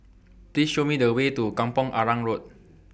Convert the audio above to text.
Please Show Me The Way to Kampong Arang Road